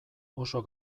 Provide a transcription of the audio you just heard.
oso